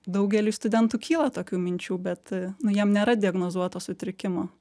daugeliui studentų kyla tokių minčių bet nu jiem nėra diagnozuoto sutrikimo